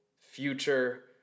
future